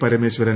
Parameswaran